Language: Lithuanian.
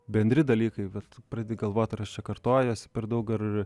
bendri dalykai bet pradedi galvot ar aš čia kartojuosi per daug ar